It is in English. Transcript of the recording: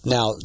Now